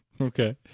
Okay